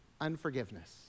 unforgiveness